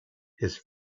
his